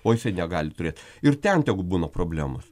o jisai negali turėt ir ten tegu būna problemos